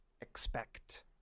expect